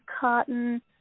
cotton